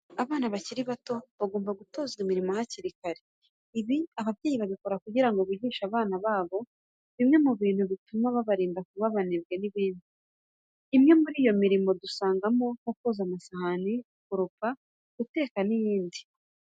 Abana bakiri bato bagomba gutozwa gukora imirimo hakiri kare. Ibi ababyeyi babikora kugira ngo bigishe abana babo bimwe mu bintu bituma babarinda kuba abanebwe n'ibindi. Imwe muri iyo mirimo dusangamo, nko koza amasahani, gukoropa, guteka n'iyindi.